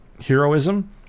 heroism